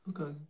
Okay